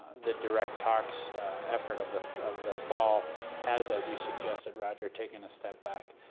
the direct talks effort of the of the fall has, as you suggested, roger, taken a step back.